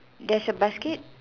there's a basket